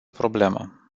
problemă